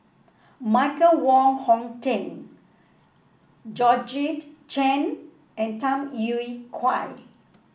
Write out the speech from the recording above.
Michael Wong Hong Teng Georgette Chen and Tham Yui Kai